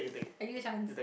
I give you chance